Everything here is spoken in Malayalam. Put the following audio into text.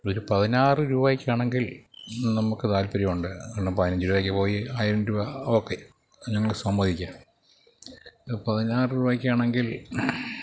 ഒര് പതിനാറ് രൂപയ്ക്കാണെങ്കിൽ നമുക്ക് താൽപര്യമുണ്ട് കാരണം പതിനഞ്ച് രൂപയ്ക്ക് പോയി ആയിരം രൂപ ഓക്കെ അത് ഞങ്ങള് സമ്മതിക്കാം പതിനാറ് രൂപയ്ക്കാണെങ്കിൽ